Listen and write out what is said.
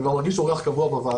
אני כבר מרגיש אורח בוועדה,